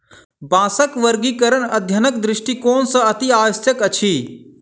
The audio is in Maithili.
बाँसक वर्गीकरण अध्ययनक दृष्टिकोण सॅ अतिआवश्यक अछि